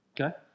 Okay